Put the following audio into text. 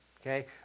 Okay